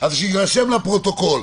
אז שיירשם לפרוטוקול,